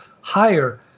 higher